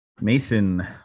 Mason